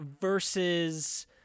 versus